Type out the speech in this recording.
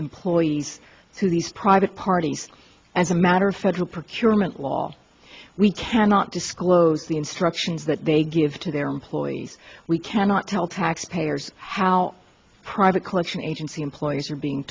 employees to these private parties as a matter of federal procurement law we cannot disclose the instructions that they give to their employees we cannot tell taxpayers how private collection agency employees are being